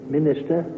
Minister